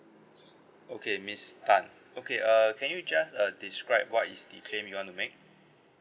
okay miss tan okay uh can you just uh describe what is the claim you want to make